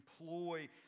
employ